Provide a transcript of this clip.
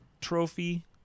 trophy